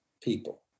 people